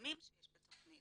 החסמים שיש בתכנית.